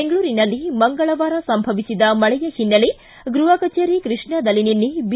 ಬೆಂಗಳೂರಿನಲ್ಲಿ ಮಂಗಳವಾರ ಸಂಭವಿಸಿದ ಮಳೆಯ ಹಿನೈಲೆ ಗೃಹ ಕಚೇರಿ ಕೃಷ್ಣಾದಲ್ಲಿ ನಿನ್ನೆ ಬಿ